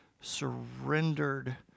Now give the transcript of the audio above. surrendered